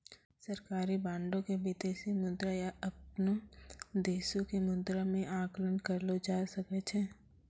सरकारी बांडो के विदेशी मुद्रा या अपनो देशो के मुद्रा मे आंकलन करलो जाय सकै छै